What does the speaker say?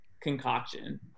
concoction